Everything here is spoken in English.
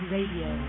Radio